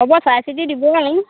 হ'ব চাই চিতি দিব আৰু